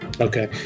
Okay